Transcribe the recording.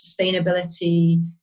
sustainability